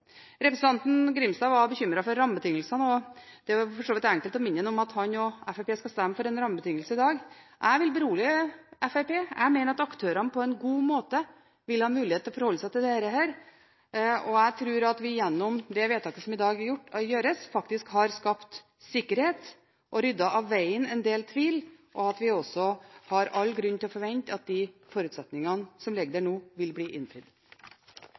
Representanten Grimstad var bekymret for rammebetingelsene, og det er for så vidt greit å minne ham om at han og Fremskrittspartiet skal stemme for en rammebetingelse i dag. Jeg vil berolige Fremskrittspartiet. Jeg mener at aktørene på en god måte vil ha mulighet til å forholde seg til dette. Jeg tror at vi gjennom det vedtaket som i dag gjøres, faktisk har skapt sikkerhet og ryddet av veien en del tvil, og at vi også har all grunn til å forvente at de forutsetningene som ligger der, nå vil bli innfridd.